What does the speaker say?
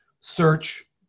search